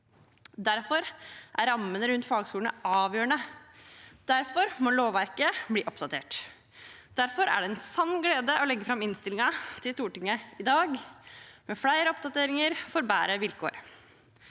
Derfor er rammene rundt fagskolene avgjørende. Derfor må lovverket bli oppdatert. Derfor er det en sann glede å legge fram innstillingen til Stortinget i dag, med flere oppdateringer for bedre vilkår.